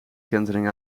kentering